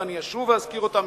ואני אשוב ואזכיר אותם,